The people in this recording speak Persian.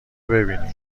ببینی